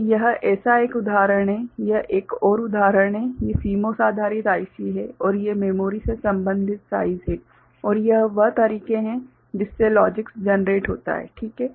तो यह ऐसा एक उदाहरण है यह एक और उदाहरण है ये CMOS आधारित आईसी हैं और ये मेमोरी के संबंधित साइज़ हैं और यह वह तरीके है जिससे लॉजिक्स जनरेट होता है ठीक हैं